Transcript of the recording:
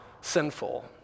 sinful